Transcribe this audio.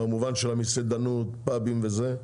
במובן של המסעדנות, פאבים וכו'